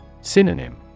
Synonym